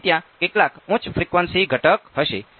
તેથી ત્યાં કેટલાક ઉચ્ચ ફ્રિકવન્સી ઘટક હશે